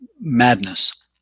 madness